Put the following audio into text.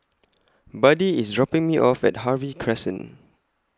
Buddie IS dropping Me off At Harvey Crescent